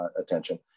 attention